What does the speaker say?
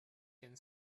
denn